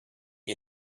you